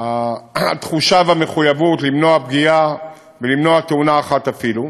התחושה והמחויבות למנוע פגיעה ולמנוע תאונה אחת אפילו,